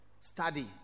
study